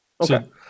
Okay